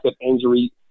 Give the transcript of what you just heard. injury